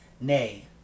nay